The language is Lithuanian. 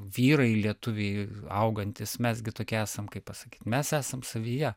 vyrai lietuviai augantys mes gi tokie esam kaip pasakyt mes esam savyje